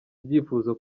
ibyifuzo